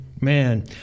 Man